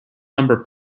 number